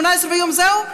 ב-18 ויום, זהו?